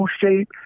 shape